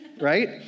right